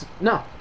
No